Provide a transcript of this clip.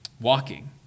walking